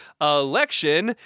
election